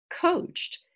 coached